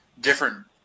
different